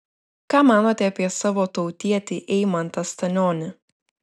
ką manote apie savo tautietį eimantą stanionį